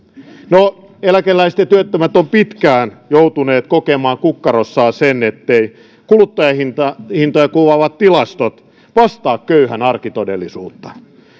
no eläkeläiset ja työttömät ovat pitkään joutuneet kokemaan kukkarossaan sen etteivät kuluttajahintoja kuvaavat tilastot vastaa köyhän arkitodellisuutta